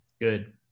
Good